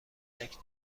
کوچیک